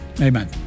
Amen